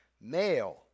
Male